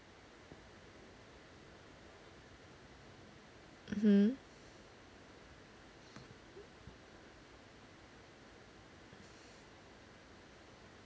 mmhmm